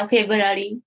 February